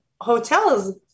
hotels